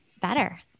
better